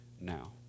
now